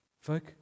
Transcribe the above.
Folk